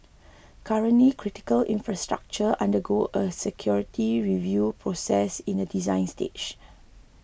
currently critical infrastructure undergo a security review process in the design stage